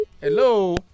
Hello